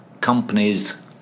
companies